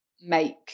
make